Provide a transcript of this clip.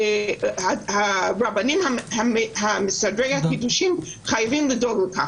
שהרבנים מסדרי הקידושין חייבים לדאוג לכך.